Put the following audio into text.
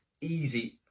easy